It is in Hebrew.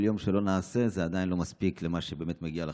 כל יום שלא נעשה זה עדיין לא מספיק למה שבאמת מגיע לכם.